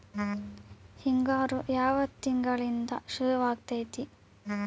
ಹಿಂಗಾರು ಯಾವ ತಿಂಗಳಿನಿಂದ ಶುರುವಾಗತೈತಿ?